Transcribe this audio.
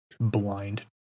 blind